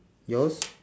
yours